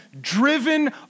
driven